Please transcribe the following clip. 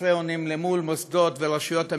חסרי אונים למול מוסדות ורשויות המדינה,